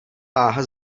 váha